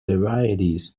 varieties